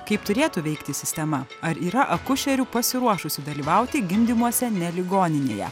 kaip turėtų veikti sistema ar yra akušerių pasiruošusių dalyvauti gimdymuose ne ligoninėje